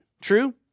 True